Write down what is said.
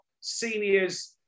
seniors